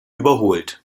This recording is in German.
überholt